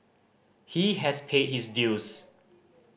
he has paid his dues